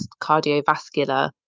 cardiovascular